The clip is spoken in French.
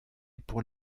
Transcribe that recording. pour